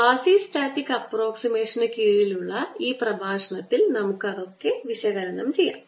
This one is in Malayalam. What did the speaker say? ക്വാസിസ്റ്റാറ്റിക് അപ്പ്രൊക്സിമേഷന് കീഴിലുള്ള ഈ പ്രഭാഷണത്തിൽ നമുക്ക് അത് വിശകലനം ചെയ്യാം